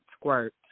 squirt